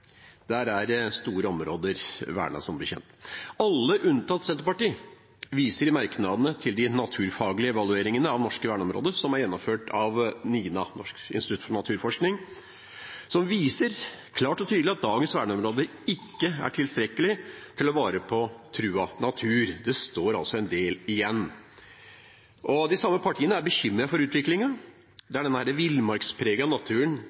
Der er store områder vernet, som kjent. Alle, unntatt Senterpartiet, viser i merknadene til de naturfaglige evalueringene av norske verneområder som er gjennomført av NINA, Norsk institutt for naturforskning, som klart og tydelig viser at dagens verneområder ikke er tilstrekkelig til å ta vare på truet natur. Det står altså en del igjen. De samme partiene er bekymret for utviklingen der den villmarkspregede naturen